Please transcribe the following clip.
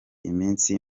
iminsi